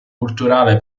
culturale